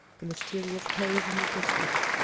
the mysterious haze in the distance,